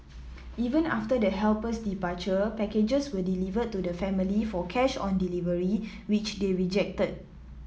even after the helper's departure packages were delivered to the family for cash on delivery which they rejected